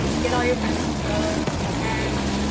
get all your friends to vote and,